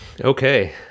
Okay